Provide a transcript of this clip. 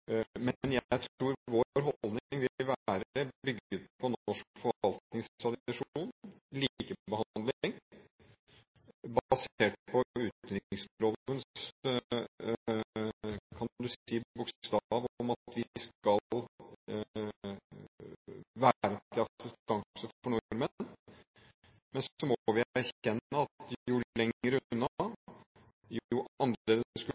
Men jeg tror vår holdning vil være, bygget på norsk forvaltningstradisjon: likebehandling basert på utenrikslovens bokstav om at vi skal være til assistanse for nordmenn. Men så må vi erkjenne at jo lenger unna, jo mer annerledes